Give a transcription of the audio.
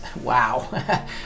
Wow